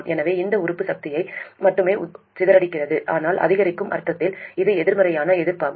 எனவே இந்த உறுப்பு சக்தியை மட்டுமே சிதறடிக்கிறது ஆனால் அதிகரிக்கும் அர்த்தத்தில் இது எதிர்மறையான எதிர்ப்பாகும்